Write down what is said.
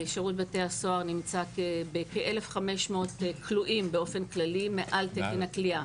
שירות בתי הסוהר נמצא בכ-1,500 כלואים באופן כללי מעל תקן הכליאה,